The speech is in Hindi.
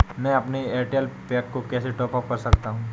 मैं अपने एयरटेल पैक को कैसे टॉप अप कर सकता हूँ?